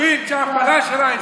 תבין, הייתה טעות.